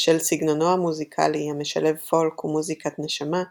בשל סגנונו המוזיקלי המשלב פולק ומוזיקת נשמה,